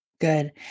Good